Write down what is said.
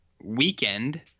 weekend